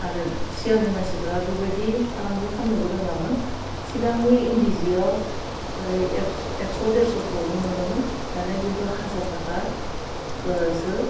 आरो सिगांनि मानसिफ्रा बेबायदि फालांगि खालामनोबो रोङामोन सिगांनि इन्दि जिवाव बै एक्स एकस' देरस'फ्रावनो मोनोमोन दाना खिन्थु हाजार थाखा ओह सो